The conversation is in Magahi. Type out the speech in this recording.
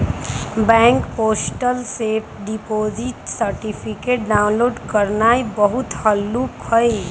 बैंक पोर्टल से डिपॉजिट सर्टिफिकेट डाउनलोड करनाइ बहुते हल्लुक हइ